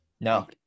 no